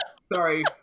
sorry